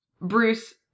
Bruce